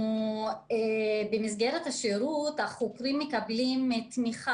במסגרת השירות החוקרים מקבלים תמיכה